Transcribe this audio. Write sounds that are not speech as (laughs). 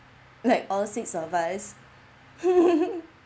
like all six of us (laughs)